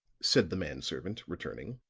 said the man servant, returning.